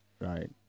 Right